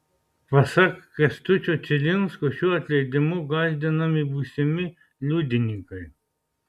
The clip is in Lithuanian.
pasak kęstučio čilinsko šiuo atleidimu gąsdinami būsimi liudininkai